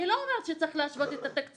אני לא אומרת שצריך להשוות את התקציבים,